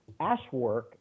ashwork